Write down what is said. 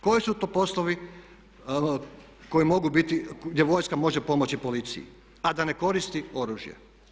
Koji su to poslovi koji mogu biti, gdje vojska može pomoći policiji a da ne koristi oružje?